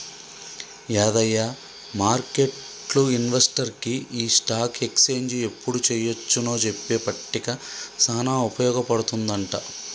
యాదయ్య మార్కెట్లు ఇన్వెస్టర్కి ఈ స్టాక్ ఎక్స్చేంజ్ ఎప్పుడు చెయ్యొచ్చు నో చెప్పే పట్టిక సానా ఉపయోగ పడుతుందంట